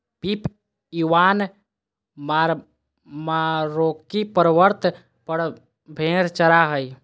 Pip Ivan Marmaroski पर्वत पर भेड़ चरा हइ